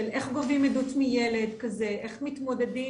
של איך גובים עדות מילד כזה, איך מתמודדים.